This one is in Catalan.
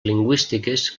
lingüístiques